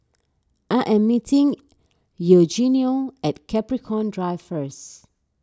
I am meeting Eugenio at Capricorn Drive first